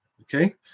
okay